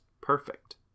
perfect